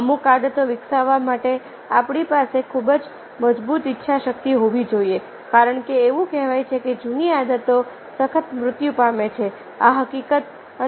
અમુક આદતો વિકસાવવા માટે આપણી પાસે ખૂબ જ મજબૂત ઈચ્છા શક્તિ હોવી જોઈએ કારણ કે એવું કહેવાય છે કે જૂની આદતો સખત મૃત્યુ પામે છે આ હકીકત અને સત્ય છે